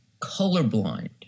colorblind